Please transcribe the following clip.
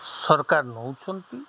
ସରକାର ନେଉଛନ୍ତି